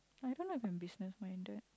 I don't like be business minded